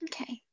Okay